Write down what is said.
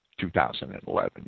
2011